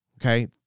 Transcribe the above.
okay